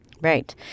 Right